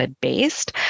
based